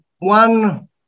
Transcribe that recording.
one